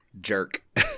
jerk